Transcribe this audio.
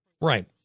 Right